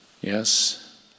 Yes